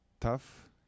tough